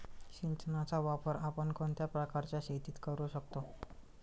सिंचनाचा वापर आपण कोणत्या प्रकारच्या शेतीत करू शकतो?